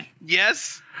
Yes